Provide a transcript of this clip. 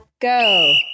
go